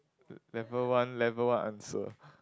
level one level one answer